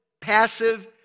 passive